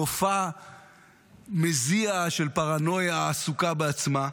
מופע מזיע של פרנויה עסוקה בעצמה,